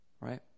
Right